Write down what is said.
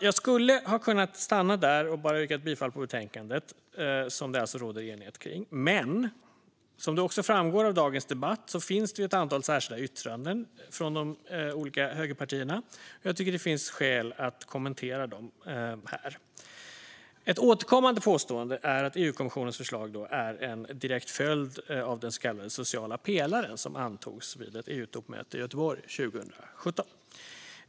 Jag skulle ha kunnat stanna där och bara yrka bifall till förslaget i betänkandet, som det alltså råder enighet kring. Men som också framgår av dagens debatt finns det ett antal särskilda yttranden från de olika högerpartierna, och jag tycker att det finns skäl att kommentera dem här. Ett återkommande påstående är att EU-kommissionens förslag är en direkt följd av den så kallade sociala pelaren, som antogs vid ett EU-toppmöte i Göteborg 2017.